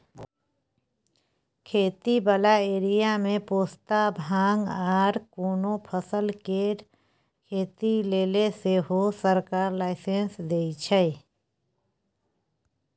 खेती बला एरिया मे पोस्ता, भांग आर कोनो फसल केर खेती लेले सेहो सरकार लाइसेंस दइ छै